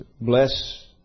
bless